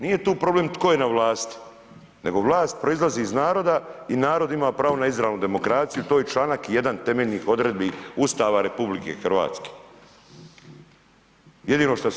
Nije tu problem tko je na vlasti, nego vlast proizlazi iz naroda i narod ima pravo na izravnu demokraciju to je članak 1. temeljnih odredbi Ustava Republike Hrvatske.